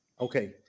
Okay